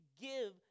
give